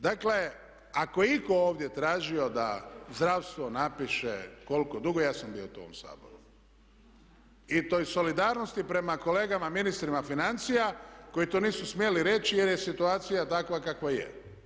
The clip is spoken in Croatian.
Dakle ako je itko ovdje tražio da zdravstvo napiše koliko duguje, ja sam bio tu u ovom Saboru, i to iz solidarnosti prema kolegama, ministrima financija, koji to nisu smjeli reći jer je situacija takva kakva je.